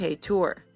tour